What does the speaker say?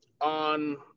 on